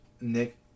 Nick